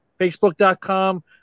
facebook.com